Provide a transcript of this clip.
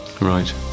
Right